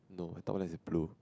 my top left is blue